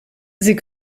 sie